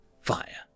Fire